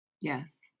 yes